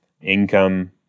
income